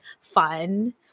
fun